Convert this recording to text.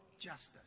justice